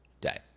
day